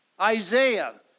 Isaiah